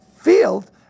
field